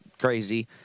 crazy